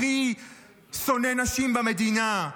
הכי שונא נשים במדינה.